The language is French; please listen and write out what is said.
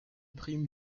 prime